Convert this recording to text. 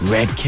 Red